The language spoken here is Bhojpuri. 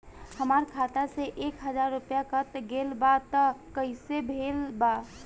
हमार खाता से एक हजार रुपया कट गेल बा त कइसे भेल बा?